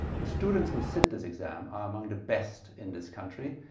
the students who sit this exam are among the best in this country.